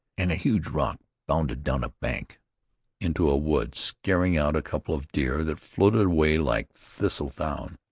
and a huge rock bounded down a bank into a wood, scaring out a couple of deer that floated away like thistle-down.